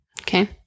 Okay